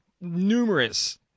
numerous